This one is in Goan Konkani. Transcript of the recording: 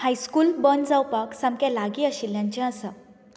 हाय स्कूल बंद जावपाक सामकें लागीं आशिल्ल्याचें आसा